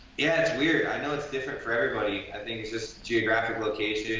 yeah it's weird. i know it's different for everybody, i think it's just geographic location.